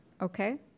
okay